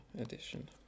edition